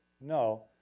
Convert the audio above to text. no